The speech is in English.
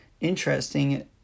interesting